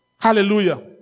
Hallelujah